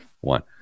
one